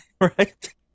right